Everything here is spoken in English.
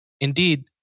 Indeed